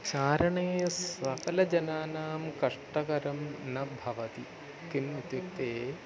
चारणे सकलजनानां कष्टकरं न भवति किम् इत्युक्ते